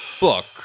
book